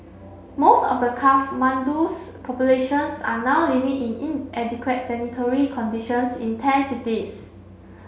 most of the Kathmandu's populations are now living in inadequate sanitary conditions in tent cities